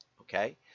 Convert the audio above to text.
okay